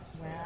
Wow